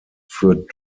führt